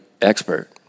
expert